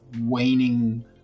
waning